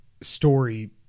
story